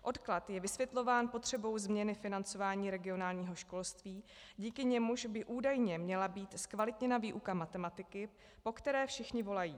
Odklad je vysvětlován potřebou změny financování regionálního školství, díky němuž by údajně měla být zkvalitněna výuka matematiky, po které všichni volají.